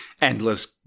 endless